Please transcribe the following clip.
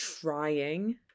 trying